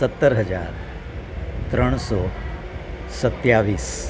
સત્તર હજાર ત્રણસો સત્યાવીસ